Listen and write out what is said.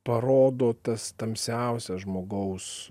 parodo tas tamsiausias žmogaus